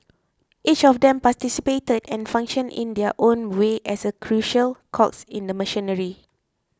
each of them participated and functioned in their own way as a crucial cogs in the machinery